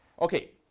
Okay